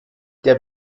der